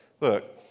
look